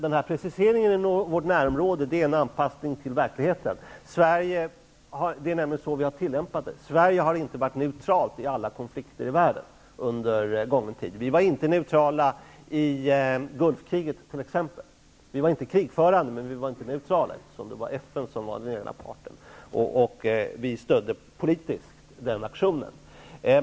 Preciseringen ''i vårt närområde'' är en anpassning till verkligheten. Det är nämligen så vi har tillämpat alliansfriheten -- Sverige har inte varit neutralt vid alla konflikter i världen. Vi var t.ex. inte neutrala i Gulfkriget. Vi var inte krigförande, men vi var heller inte neutrala, eftersom FN var den ena parten och vi politiskt stödde FN:s aktion.